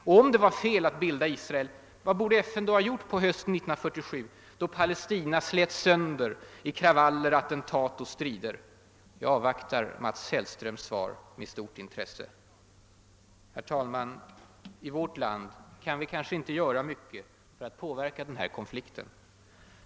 Och om det var fel att bilda Israel — vad borde FN då ha gjort på hösten 1947 då Palestina slets sönder i kravaller, attentat och strider? Jag avvaktar Mats Hellströms svar med stort intresse. Herr talman! I vårt land kan vi kanske inte göra mycket för att påverka den här konflikten.